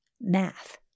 math